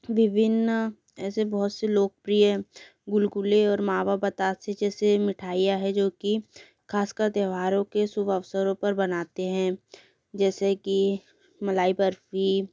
विभिन्न ऐसे बहुत से लोकप्रिय गुलगुले और मावा बताशे जैसे मिठाइयाँ है जो कि ख़ासकर त्यौहारों के शुभ अवसरों पर बनाते हैं जैसे की मलाई बर्फ़ी